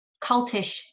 cultish